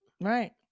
Right